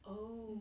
mm